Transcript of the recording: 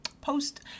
post